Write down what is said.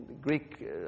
Greek